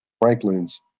Franklin's